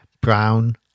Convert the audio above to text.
brown